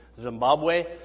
Zimbabwe